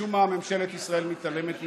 שמשום מה ממשלת ישראל מתעלמת ממנו,